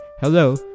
Hello